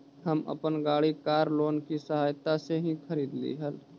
हम अपन गाड़ी कार लोन की सहायता से ही खरीदली हल